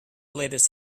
latest